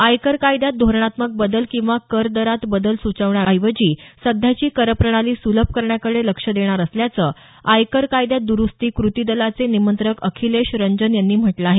आयकर कायद्यात धोरणात्मक बदल किंवा करदरात बदल सुचवण्याऐवजी सध्याची करप्रणाली सुलभ करण्याकडे लक्ष देणार असल्याचं आयकर कायद्यात दुरुस्ती क्रतीदलाचे निमंत्रक अखिलेश रंजन यांनी म्हटलं आहे